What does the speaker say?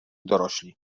dorośli